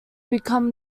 become